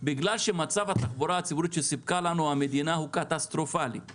בגלל שמצב התחבורה הציבורית שסיפקה לנו המדינה הוא קטסטרופלי.